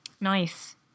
Nice